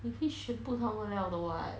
th~ fis~ should be some more 料的 [what]